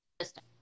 system